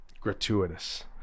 gratuitous